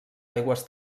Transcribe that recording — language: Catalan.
aigües